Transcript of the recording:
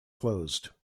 closed